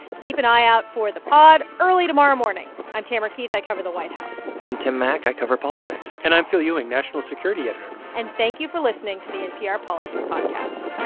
keep an eye out for the pod early tomorrow morning. i'm tamara keith. i cover the white house i'm tim mak. i cover politics and i'm phil ewing, national security editor ah and thank you for listening to the npr politics podcast